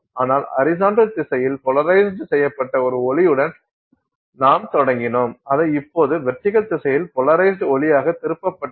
ஆனால் ஹரிசாண்டல் திசையில் போலரைஸ்டு செய்யபட்ட ஒரு ஒளியுடன் நாம் தொடங்கினோம் அதை இப்போது வெர்டிகல் திசையில் போலராஸ்டு ஒளியாக திருப்பப்பட்டது